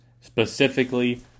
specifically